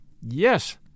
Yes